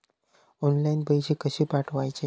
Online पैसे कशे पाठवचे?